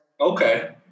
Okay